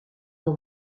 mon